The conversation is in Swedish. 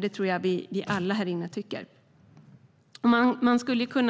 Det tror jag att alla här i kammaren tycker.